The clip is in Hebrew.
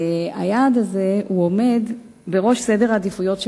היעד הזה עומד בראש סדר העדיפויות של